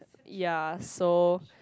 ya so